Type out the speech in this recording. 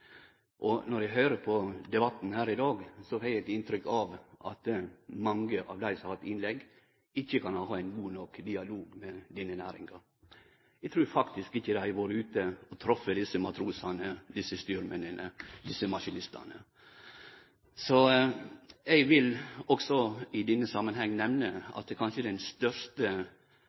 og eg meiner å kjenne denne næringa umåteleg godt. Når eg høyrer på debatten her i dag, får eg eit inntrykk av at mange av dei som har hatt innlegg, ikkje kan ha hatt ein god nok dialog med denne næringa. Eg trur faktisk ikkje dei har vore ute og treft desse matrosane, desse styrmennene og desse maskinistane. Eg vil også i denne samanhengen nemne at kanskje den største